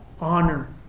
honor